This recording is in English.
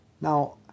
Now